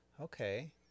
okay